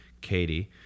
Katie